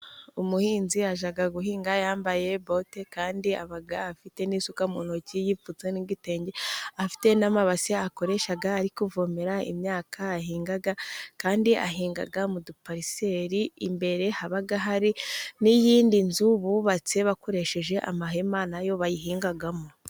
Umuhinzi ugiye guhinga yambaye bote. Kandi afite n'isuka mu ntoki, yipfutse n'igitenge, afite n'amabasi akoresha ari kuvomera imyaka ahinga. Kandi ahinga mu dupariseri. Imbere hari n'iyindi nzu bubatse bakoresheje amahema nayo bayihingamo.